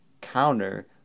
counter